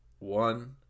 one